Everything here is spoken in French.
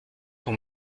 pour